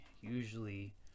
usually